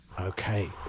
Okay